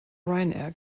ryanair